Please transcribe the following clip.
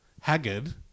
Haggard